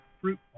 fruit